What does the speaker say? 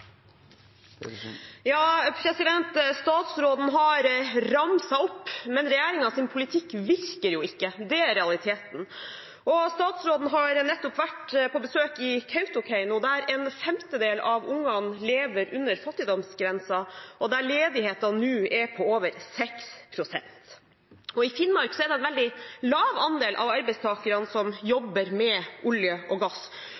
Statsråden har ramset opp, men regjeringens politikk virker jo ikke – det er realiteten. Statsråden har nettopp vært på besøk i Kautokeino, der en femtedel av ungene lever under fattigdomsgrensen, og der ledigheten nå er på over 6 pst. I Finnmark er det en veldig lav andel av arbeidstakerne som jobber innen olje og gass,